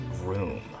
room